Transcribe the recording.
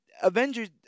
Avengers